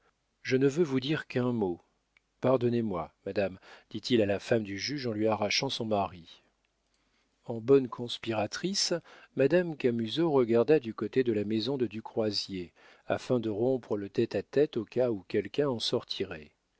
je ne veux vous dire qu'un mot pardonnez-moi madame dit-il à la femme du juge en lui arrachant son mari en bonne conspiratrice madame camusot regarda du côté de la maison de du croisier afin de rompre le tête-à-tête au cas où quelqu'un en sortirait